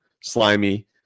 slimy